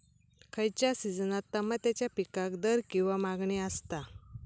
खयच्या सिजनात तमात्याच्या पीकाक दर किंवा मागणी आसता?